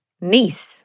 niece